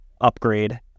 upgrade